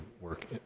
work